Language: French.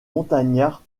montagnards